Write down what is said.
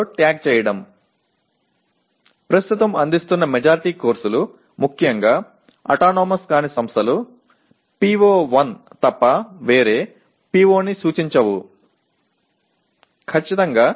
பெரும்பான்மையான படிப்புகள் தற்போது வழங்கப்படுவதால் குறிப்பாக தன்னாட்சி அல்லாத நிறுவனங்கள் PO1 ஐத் தவிர வேறு எந்த PO ஐயும் உரையாற்றுவதில்லை